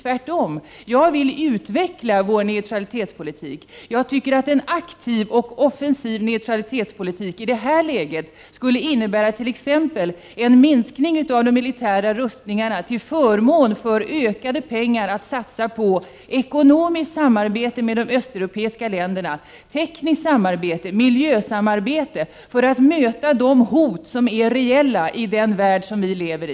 Tvärtom vill jag att vår neutralitetspolitik skall utvecklas. Jag tycker att en aktiv och offensiv neutralitetspolitik i det här läget skulle innebära t.ex. en minskning av de militära rustningarna till förmån för ökade resurser som kunde satsas på ekonomiskt samarbete med de östeuropeiska länderna, på tekniskt samarbete och på ett miljösamarbete för att möta de reella hot som finns i den värld som vi lever.